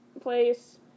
place